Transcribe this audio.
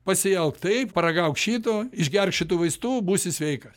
pasielk taip paragauk šito išgerk šitų vaistų būsi sveikas